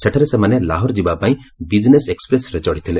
ସେଠାରେ ସେମାନେ ଲାହୋର ଯିବା ପାଇଁ ବିଜ୍ନେସ୍ ଏକ୍ସପ୍ରେସ୍ରେ ଚଢ଼ିଥିଲେ